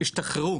שהשתחררו